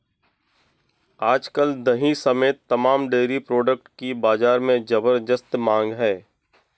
आज कल दही समेत तमाम डेरी प्रोडक्ट की बाजार में ज़बरदस्त मांग है